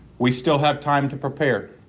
we still have time to prepare.